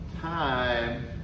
time